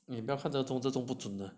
你不要看这个钟这个钟不准的